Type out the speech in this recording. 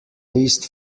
least